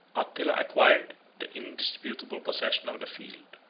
attila acquired the indisputable possession of the field.